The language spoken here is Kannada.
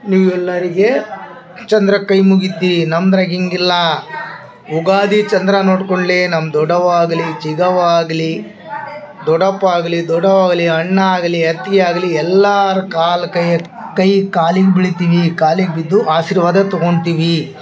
ನೀವು ಎಲ್ಲರಿಗೆ ಚಂದ್ರಾಗ ಕೈ ಮುಗಿತಿ ನಮ್ದ್ರಾಗ ಹೀಗಿಲ್ಲ ಉಗಾದಿ ಚಂದ್ರ ನೋಡಿ ಕೂಡಲೆ ನಮ್ಮ ದೊಡ್ಡವ್ವ ಆಗಲಿ ಚಿಕವ್ವ ಆಗಲಿ ದೊಡ್ಡಪ್ಪ ಆಗಲಿ ದೊಡ್ಡವ್ವ ಆಗಲಿ ಅಣ್ಣ ಆಗಲಿ ಅತ್ತಿಗೆ ಆಗಲಿ ಎಲ್ಲಾರ ಕಾಲು ಕೈಯಿಗೆ ಕೈ ಕಾಲಿಗೆ ಬೀಳ್ತೀವಿ ಕಾಲಿಗೆ ಬಿದ್ದು ಆಶೀರ್ವಾದ ತಗೊಳ್ತೀವಿ